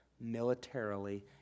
militarily